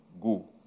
go